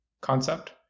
concept